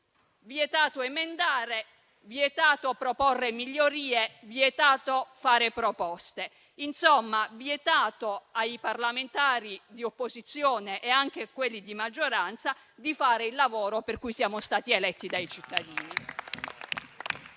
vietato emendare, vietato proporre migliorie, vietato fare proposte, insomma, vietato ai parlamentari di opposizione e anche a quelli di maggioranza di fare il lavoro per cui siamo stati eletti dai cittadini.